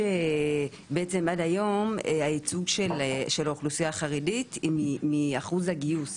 עד היום הייצוג של האוכלוסייה החרדית מאחוז הגיוס